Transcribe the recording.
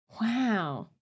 Wow